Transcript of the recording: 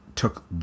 took